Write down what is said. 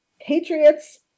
Patriots